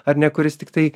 ar ne kuris tiktai